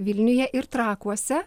vilniuje ir trakuose